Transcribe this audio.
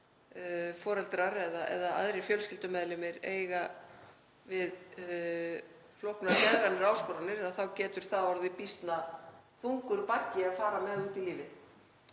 foreldrar eða aðrir fjölskyldumeðlimir eiga við flóknar geðrænar áskoranir að stríða þá getur það orðið býsna þungur baggi að fara með út í lífið.